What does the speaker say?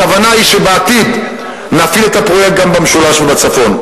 הכוונה היא שבעתיד נפעיל את הפרויקט גם במשולש ובצפון.